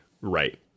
right